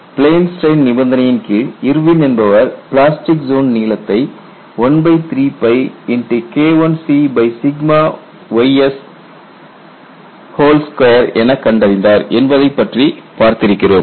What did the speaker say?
plane strain நிபந்தனையின் கீழ் Irwin என்பவர் பிளாஸ்டிக் ஜோன் நீளத்தை 13K1cys2என கண்டறிந்தார் என்பது பற்றி பார்த்திருக்கிறோம்